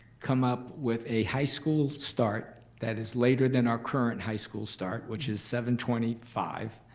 come up with a high school start that is later than our current high school start which is seven twenty five